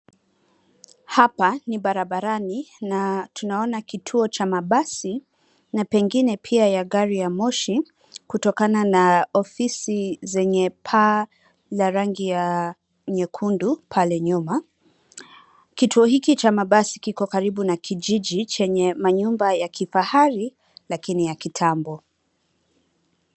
Hapa ni barabarani na tunaona kituo cha mabasi na pengine pia ya gari ya moshi kutokana na ofisi zenye paa za rangi ya nyekundu pale nyuma. Kituo hiki cha mabasi kiko karibu na kijiji chenye manyumba ya kifahari lakini ya kitambo.